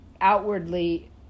outwardly